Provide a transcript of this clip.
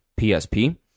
PSP